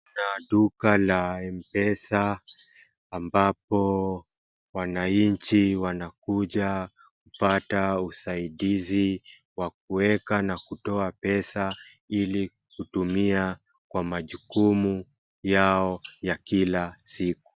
Kuna duka la mpesa ambapo wananchi wanakuja kupata usaidizi wa kuweka na kutoa pesa ili kutumia kwa majukumu yao ya kila siku.